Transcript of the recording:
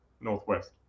northwest